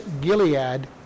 Gilead